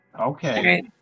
Okay